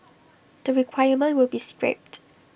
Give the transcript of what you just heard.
the requirement will be scrapped